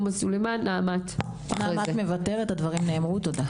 הדברים נאמרו, נעמ"ת מוותרת על זכות הדיבור.